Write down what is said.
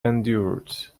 endured